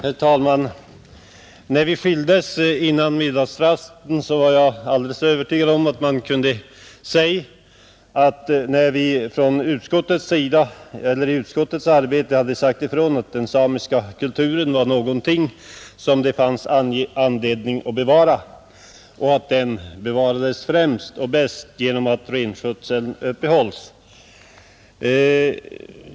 Herr talman! När vi skildes före middagsrasten var jag alldeles övertygad om att man kunde säga vad vi under utskottsarbetet varit ense om, nämligen att den samiska kulturen är någonting som det finns anledning att bevara och att den bevaras främst och bäst genom att renskötseln upprätthålls.